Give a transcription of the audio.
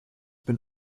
been